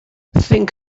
think